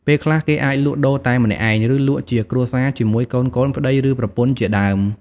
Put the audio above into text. ពេលខ្លះ គេអាចលក់ដូរតែម្នាក់ឯង ឬលក់ជាគ្រួសារជាមួយកូនៗ ប្ដី ឬ ប្រពន្ធជាដើម។